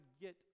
get